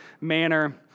manner